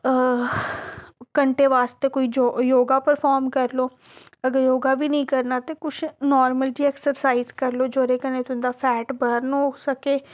घैंटे बास्तै कोई योग परफार्म कर लो अगर योग बी नेईं करना ते कुछ नार्मल जेही ऐक्सरसाइज करी लो जेह्दे कन्नै तुं'दा फैट बर्न हो सकै